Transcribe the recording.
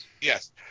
yes